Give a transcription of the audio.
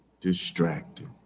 distracted